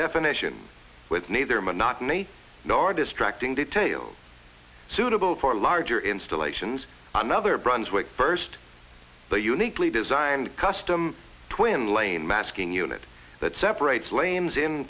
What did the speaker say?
definition with neither monotony nor distracting details suitable for larger installations another brunswick first the uniquely designed custom twin lane masking unit that separates lames in